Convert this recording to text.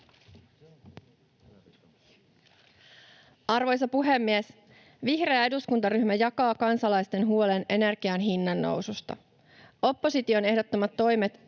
Arvoisa puhemies! Vihreä eduskuntaryhmä jakaa kansalaisten huolen energian hinnan noususta. Opposition ehdottamat toimet